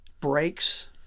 breaks